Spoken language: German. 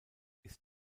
ist